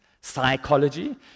Psychology